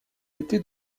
été